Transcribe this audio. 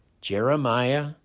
Jeremiah